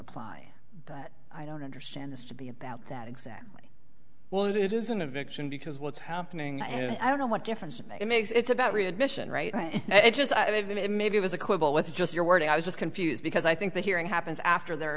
apply but i don't understand this to be about that exactly well it is an addiction because what's happening and i don't know what difference it makes it's about readmission right it just i mean maybe it was a quibble with just your wording i was just confused because i think that hearing happens after they're